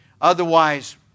Otherwise